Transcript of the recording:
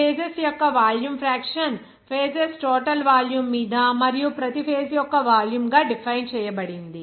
phases యొక్క volume fraction phases total volume మీద మరియు ప్రతి ఫేజ్ యొక్క వాల్యూమ్ గా డిఫైన్ చేయబడింది